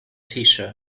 fiŝo